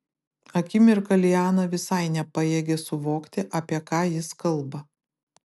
akimirką liana visai nepajėgė suvokti apie ką jis kalba